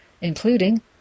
including